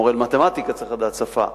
גם מורה למתמטיקה צריך לדעת שפה,